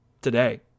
today